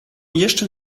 jeszcze